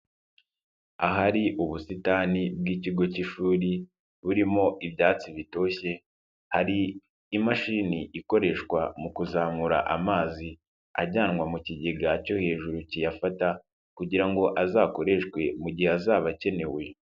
Ahari ubusitani bw'ikigo cy'ishuri burimo ibyatsi bitoshye, hari imashini ikoreshwa mu kuzamura amazi ajyanwa mu kigega cyo hejuru kiyafata kugira ngo azakoreshwe mu gihe azaba akenewe.